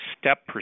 STEP